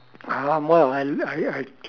ah well I I I